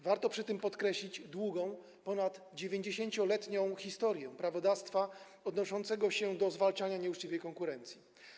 Warto przy tym podkreślić długą, ponad 90-letnią historię prawodawstwa odnoszącego się do zwalczania nieuczciwej konkurencji.